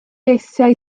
eisiau